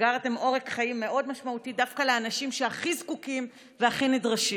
סגרתם עורק חיים מאוד משמעותי דווקא לאנשים שהכי זקוקים והכי נדרשים.